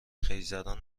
خیزران